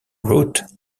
route